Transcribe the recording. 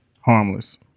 Harmless